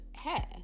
hair